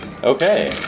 Okay